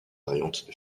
variantes